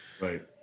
Right